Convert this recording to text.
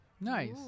nice